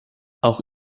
auch